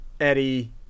Eddie